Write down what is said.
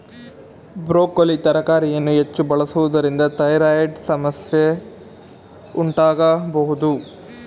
broccoli ತರಕಾರಿಯನ್ನು ಹೆಚ್ಚು ಬಳಸುವುದರಿಂದ ಥೈರಾಯ್ಡ್ ಸಂಬಂಧಿ ಸಮಸ್ಯೆ ಉಂಟಾಗಬೋದು